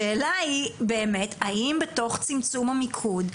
השאלה היא באמת האם בתוך צמצום המיקוד,